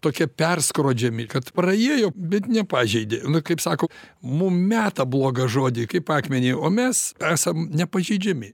tokie perskrodžiami kad praėjo bet nepažeidė nu kaip sako mum meta blogą žodį kaip akmenį o mes esam nepažeidžiami